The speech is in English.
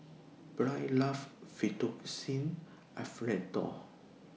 Byrd loves Fettuccine Alfredo